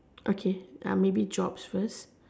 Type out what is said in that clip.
okay maybe jobs first